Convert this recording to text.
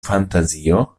fantazio